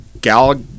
gal